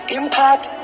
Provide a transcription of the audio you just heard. impact